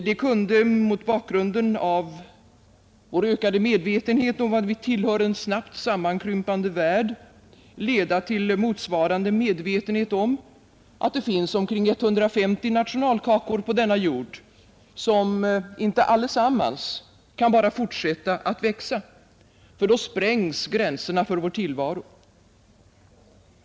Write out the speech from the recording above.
Det kunde mot bakgrunden av vår ökade medvetenhet om att vi tillhör en snabbt sammankrympande värld leda till motsvarande medvetenhet om att det finns omkring 150 nationalkakor på denna jord, som inte allesammans kan bara fortsätta att växa, ty då sprängs gränserna för vår tillvaro.